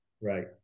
right